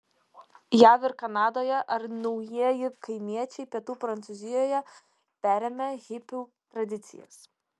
jav ir kanadoje ar naujieji kaimiečiai pietų prancūzijoje perėmę hipių tradicijas